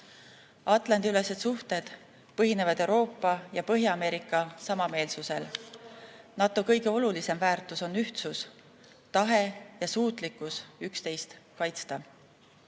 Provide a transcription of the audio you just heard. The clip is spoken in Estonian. Atlandi-ülesed suhted põhinevad Euroopa ja Põhja-Ameerika samameelsusel. NATO kõige olulisem väärtus on ühtsus, tahe ja suutlikkus üksteist